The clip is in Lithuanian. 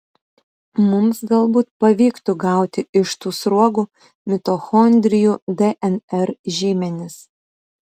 mums galbūt pavyktų gauti iš tų sruogų mitochondrijų dnr žymenis